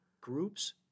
groups